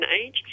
age